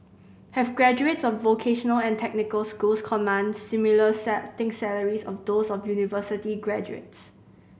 have graduates of vocational and technical schools command similar starting salaries of those of university graduates